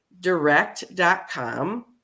direct.com